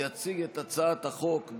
יציג את הצעת החוק,